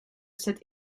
cet